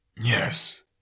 Yes